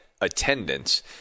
attendance